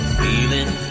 feeling